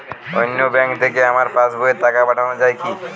অন্য ব্যাঙ্ক থেকে আমার পাশবইয়ে টাকা পাঠানো যাবে কি?